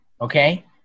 Okay